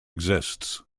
exists